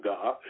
God